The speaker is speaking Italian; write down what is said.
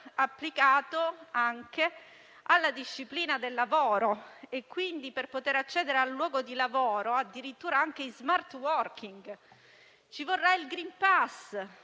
applicato anche alla disciplina del lavoro. Quindi, per poter accedere al luogo di lavoro, addirittura anche in *smart working*, ci vorrà il *green pass*,